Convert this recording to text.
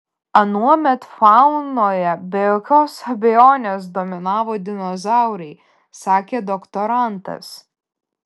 anuomet faunoje be jokios abejonės dominavo dinozaurai sakė doktorantas